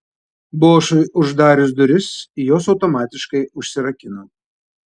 bošui uždarius duris jos automatiškai užsirakino